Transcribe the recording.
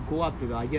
another temple higher